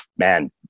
Man